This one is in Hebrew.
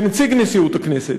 כנציג נשיאות הכנסת,